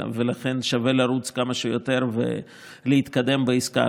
ולכן שווה לרוץ כמה שיותר ולהתקדם בעסקה.